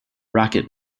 rocket